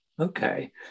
Okay